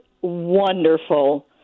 wonderful